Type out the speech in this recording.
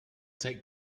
take